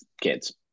kids